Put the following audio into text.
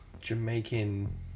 Jamaican